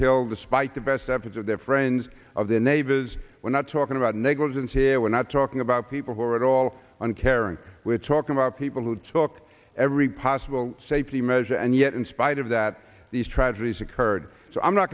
killed despite the best efforts of their friends of their neighbors we're not talking about negligence here we're not talking about people who are at all uncaring we're talking about people who talk every possible safety measure and yet in spite of that these tragedies occurred so i'm not